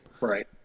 Right